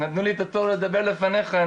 שנתנו לי לדבר לפניך.